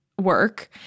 work